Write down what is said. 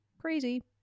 crazy